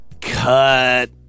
Cut